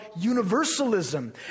universalism